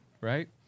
Right